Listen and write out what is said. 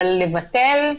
אבל לבטל,